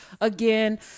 again